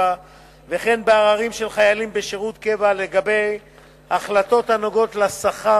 וכן בעררים של חיילים בשירות קבע לגבי החלטות הנוגעות לשכר